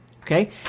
okay